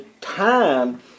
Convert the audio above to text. time